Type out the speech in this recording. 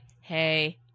hey